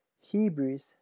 Hebrews